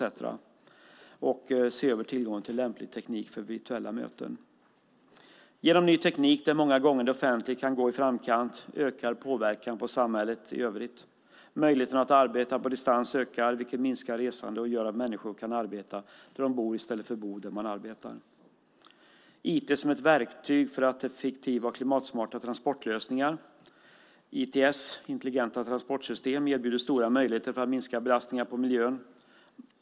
Man ska också se över tillgången till lämplig teknik för virtuella möten. Genom ny teknik där det offentliga många gånger kan gå i framkant ökar påverkan på samhället i övrigt. Möjligheten att arbeta på distans ökar, vilket minskar resandet och gör att människor kan arbeta där de bor i stället för att bo där de arbetar. IT kan vara ett verktyg för effektiva och klimatsmarta transportlösningar. ITS, intelligenta transportsystem, erbjuder stora möjligheter för att minska belastningar på miljön.